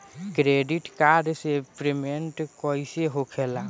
Credit card से payment कईसे होखेला?